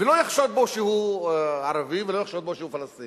והוא לא יחשוד בו שהוא ערבי ולא יחשוד בו שהוא פלסטיני,